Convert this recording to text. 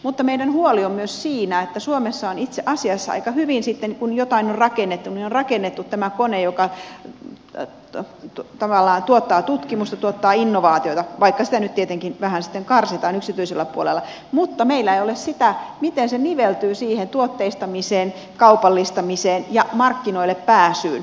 mutta meidän huoli on myös siinä että suomessa itse asiassa aika hyvin sitten kun jotain on rakennettu on rakennettu tämä kone joka tavallaan tuottaa tutkimusta tuottaa innovaatioita vaikka sitä nyt tietenkin vähän sitten karsitaan yksityisellä puolella mutta meillä ei ole sitä miten se niveltyy siihen tuotteistamiseen kaupallistamiseen ja markkinoille pääsyyn